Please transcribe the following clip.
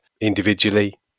individually